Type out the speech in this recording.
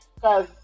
Cause